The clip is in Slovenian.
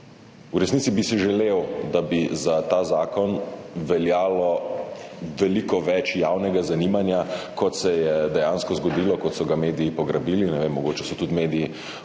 resnici bi si želel, da bi za ta zakon veljalo veliko več javnega zanimanja, kot se je dejansko zgodilo, kot so ga mediji pograbili, ne vem, mogoče so tudi mediji